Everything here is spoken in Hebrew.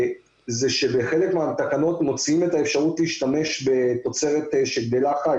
בחלק מהתקנות מוציאים את האפשרות להשתמש בתוצרת שגדלה חי,